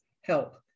help